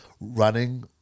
running